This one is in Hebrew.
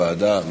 ועדה?